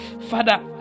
Father